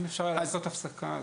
האם אפשר לעשות הפסקה?